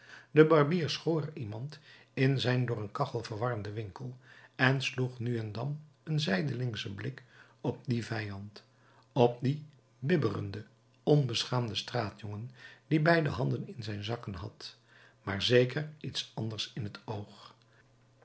de barbier schoor iemand in zijn door een kachel verwarmden winkel en sloeg nu en dan een zijdelingschen blik op dien vijand op dien bibberenden onbeschaamden straatjongen die beide handen in zijn zakken had maar zeker iets anders in het oog